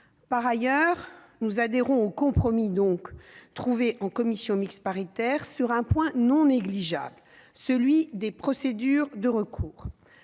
Par ailleurs, nous adhérons au compromis trouvé en commission mixte paritaire sur le point non négligeable des procédures de recours.